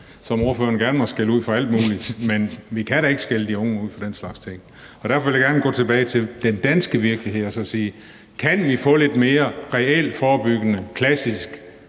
som ordføreren gerne må skælde ud for alt muligt, men vi kan da ikke skælde de unge ud for den slags ting. Derfor vil jeg gerne gå tilbage til den danske virkelighed og sige: Hvis vi kan få lidt mere reelt forebyggende klassisk